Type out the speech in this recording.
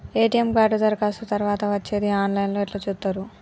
ATM card దరఖాస్తు తరువాత వచ్చేది ఆన్ లైన్ లో ఎట్ల చూత్తరు?